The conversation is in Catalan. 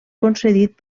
concedit